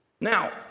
Now